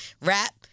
rap